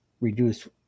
reduce